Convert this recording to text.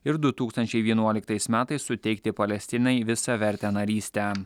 ir du tūkstančiai vienuoliktais metais suteikti palestinai visavertę narystę